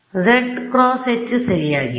→ zˆ × H ಸರಿಯಾಗಿದೆ